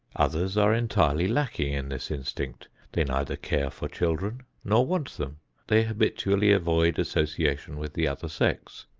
others are entirely lacking in this instinct they neither care for children nor want them they habitually avoid association with the other sex.